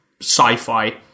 sci-fi